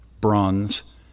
bronze